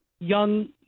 young